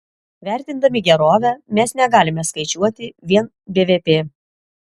vertindami gerovę mes negalime skaičiuoti vien bvp